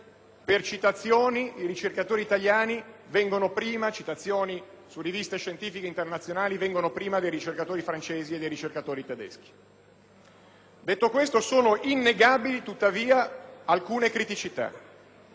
internazionali, i ricercatori italiani vengono prima dei ricercatori francesi e tedeschi. Detto questo, sono innegabili tuttavia alcune criticità.